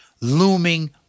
looming